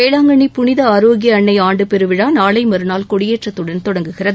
வேளாங்கண்ணி புனித ஆரோக்கிய அன்னை ஆண்டு பெருவிழா நாளை மறுநாள் கொடியேற்றத்துடன் தொடங்குகிறது